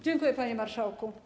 Dziękuję, panie marszałku.